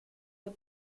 del